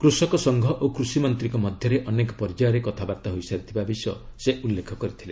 କୃଷକ ସଂଘ ଓ କୃଷିମନ୍ତ୍ରୀଙ୍କ ମଧ୍ୟରେ ଅନେକ ପର୍ଯ୍ୟାୟରେ କଥାବାର୍ତ୍ତା ହୋଇସାରିଥିବା ବିଷୟ ସେ ଉଲ୍ଲେଖ କରିଥିଲେ